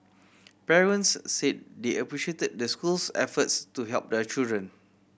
parents said they appreciated the school's efforts to help their children